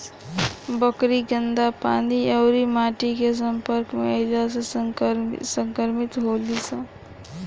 बकरी गन्दा पानी अउरी माटी के सम्पर्क में अईला से संक्रमित होली सन